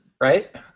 Right